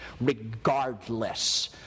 regardless